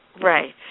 Right